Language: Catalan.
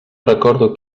recordo